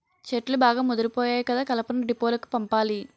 చెట్లు బాగా ముదిపోయాయి కదా కలపను డీపోలకు పంపాలి